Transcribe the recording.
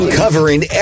covering